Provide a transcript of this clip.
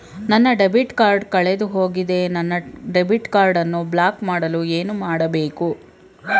ನನ್ನ debit card ಕಳೆದುಹೋಗಿದೆ ನನ್ನ ಡೆಬಿಟ್ ಕಾರ್ಡ್ ಅನ್ನು ಬ್ಲಾಕ್ ಮಾಡಲು ಏನು ಮಾಡಬೇಕು?